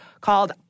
called